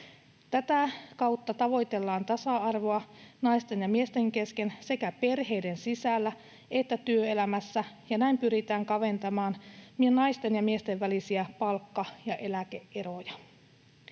Tätä kautta tavoitellaan tasa-arvoa naisten ja miesten kesken sekä perheiden sisällä että työelämässä, ja näin pyritään kaventamaan naisten ja miesten välisiä palkka- ja eläke-eroja.